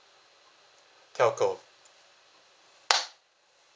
telco